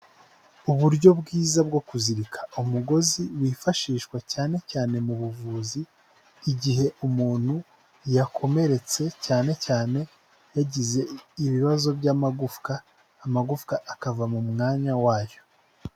Uburyo bwiza bwo kuzirika umugozi wifashishwa cyane cyane mu buvuzi, igihe umuntu yakomeretse cyane cyane yagize ibibazo by'amagufwa, amagufwa akava mu mwanya wayo.